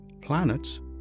planets